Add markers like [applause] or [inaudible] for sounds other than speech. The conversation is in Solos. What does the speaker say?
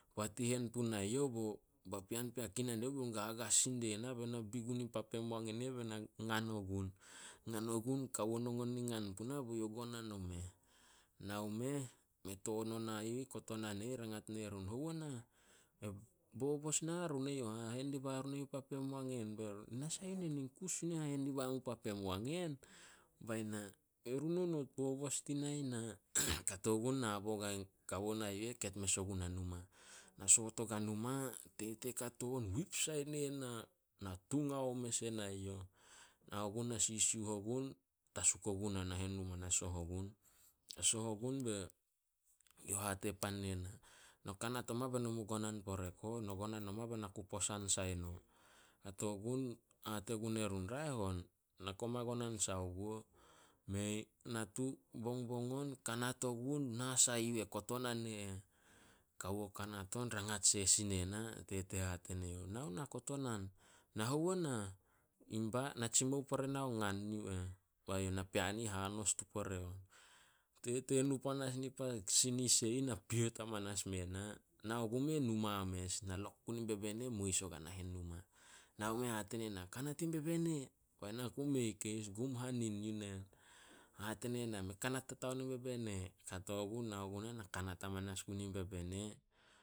Poat i hen puna youh, bo papean pea kinan die youh be gagas sin die na be na be na bi gun pa pem wangen [unintelligible] be na ngan o gun. Ngan ogun, kawo nongon i ngan puna be youh gonan omeh. Nao meh, me toon ona kotonan e ih rangat ne run, "Hou o nah?" [hesitation] "Bobos na run eyouh hahen diba run pa pem wangen." "Nasa yu nen, in kus yu nen hahen diba mu pa pem wangen." Bae na, "Erun onot bobos dinae na." [noise] Kato gun nabo guae kawo na yu eh be na ket mes ogunah numa. Na soot ogua numa, tete kato on wip sai ne na. Natung haome mes ena youh. Nao gun na sisiuh ogun, tasuk ogu nah nahen numa na soh ogun. Na soh ogun be youh hate pan ne na, "No kanat oma be nomu gonan pore ko. No gonan oma be na ku posan sai no." Kato gun hate gue run, "Raeh on, na koma gonan sai guo." Mei, natu bongbong on, kanat ogun, na sai yu eh kotonan e eh. Kawo kanat on rangat seh sin ne na. Tete hate ne youh, "Nao nah kotonan." "Na hou nah?" "Inba, na tsimou pore nao ngan yu eh." Ba youh, "Napean i ih hanos tun pore on." Tete nu panas ni pa sinis e ih na piet amanas me na. Nao gume numa mes, na lok gun in bebene mois ogua nahen numa. Nao meh, hate ne na, "Kanat in bebena." Bae na ku mei keis, gum hanin yu nen. Hate ne na, "Me kanat tataon in bebene." Kato gun nao gunah na kanat amanas gun in bebene.